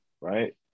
right